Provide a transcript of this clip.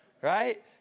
right